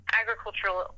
agricultural